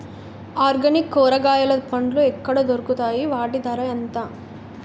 Organic కూరగాయలు పండ్లు ఎక్కడ దొరుకుతాయి? వాటి ధర ఎంత?